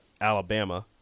Alabama